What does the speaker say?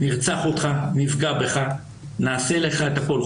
נרצח אותך, נפגע בך, נעשה לך את הכול.